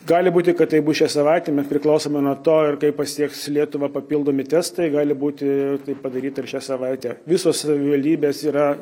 gali būti kad tai bus šią savaitę priklausomai nuo to ir kai pasieks lietuvą papildomi testai gali būti tai padaryta ir šią savaitę visos savivaldybės yra